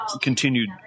continued